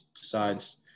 decides